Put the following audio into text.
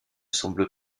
semble